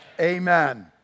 amen